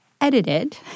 edited